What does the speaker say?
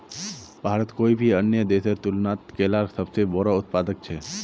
भारत कोई भी अन्य देशेर तुलनात केलार सबसे बोड़ो उत्पादक छे